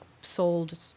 sold